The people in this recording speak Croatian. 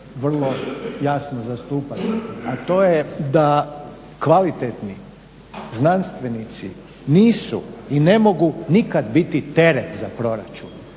vrlo jasno zastupati, a to je da kvalitetni znanstvenici nisu i ne mogu nikad biti teret za proračun